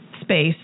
space